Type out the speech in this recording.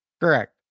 Correct